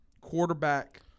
quarterback